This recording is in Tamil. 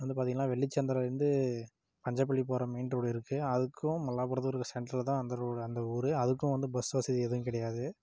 வந்து பார்த்தீங்ள்னா வெள்ளிச்சந்திராலேருந்து அஞ்சம்பள்ளி போகிற மெயின் ரோடிருக்குது அதுவுக்கும் மல்லாபுரத்துக்கும் சென்ரில்தான் அந்த ரோடு அந்த ஊர் அதுக்கும் வந்து பஸ் வசதி எதுவும் கிடையாது